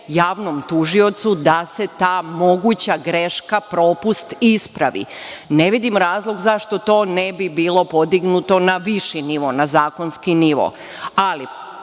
javnom tužiocu da se ta moguća greška, propust ispravi. Ne vidim razlog zašto to ne bi bilo podignuto na viši nivo, na zakonski nivo.